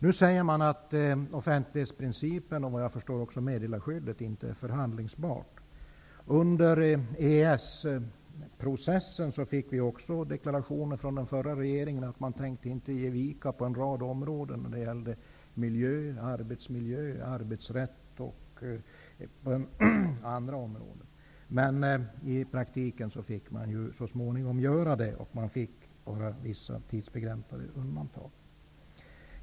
Nu säger man att offentlighetsprincipen och, såvitt jag förstår, även meddelarskyddet inte är förhandlingsbart. Under EES-processen fick vi också deklarationer från den förra regeringen att den på en rad områden inte tänkte ge vika. Det gällde miljö, arbetsmiljö, arbetsrätt, osv. Men i praktiken fick den så småningom göra det och fick bara vissa tidsbegränsade undantag.